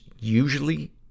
usually